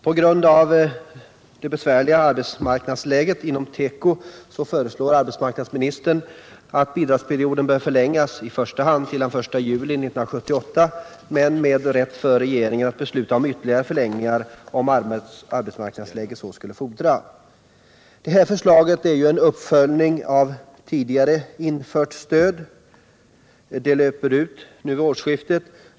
På grund av det besvärliga arbetsmarknadsläget inom teko föreslår arbetsmarknadsministern att bidragsperioden skall förlängas, i första hand till den 1 juli 1978 men med rätt för regeringen att besluta om ytterligare förlängningar om arbetsmarknadsläget så skulle fordra. Det här förslaget är en uppföljning av tidigare infört stöd, som löper ut vid årsskiftet.